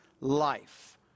life